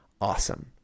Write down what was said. awesome